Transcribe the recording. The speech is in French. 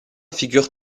figure